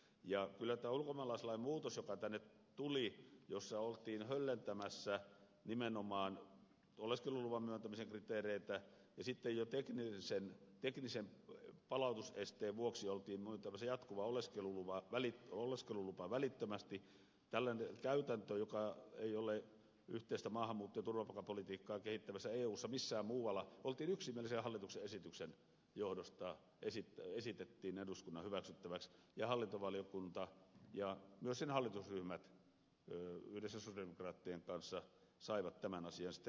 kyllä tästä ulkomaalaislain muutoksesta joka tänne tuli jossa oltiin höllentämässä nimenomaan oleskeluluvan myöntämisen kriteereitä ja sitten jo teknisen palautusesteen vuoksi oltiin myöntämässä jatkuva oleskelulupa välittömästi tällainen käytäntö jota ei ole yhteistä maahanmuutto ja turvapaikkapolitiikkaa kehittävässä eussa missään muualla oltiin yksimielisiä hallituksessa esitettiin eduskunnan hyväksyttäväksi ja hallintovaliokunta ja myös sen hallitusryhmät yhdessä sosialidemokraattien kanssa saivat tämän asian sitten korjattua